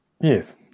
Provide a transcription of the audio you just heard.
Yes